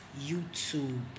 YouTube